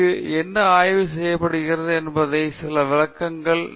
எனவே இங்கு என்ன ஆய்வு செய்யப்படுகிறது என்பதற்கான சில விளக்கங்கள்